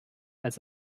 als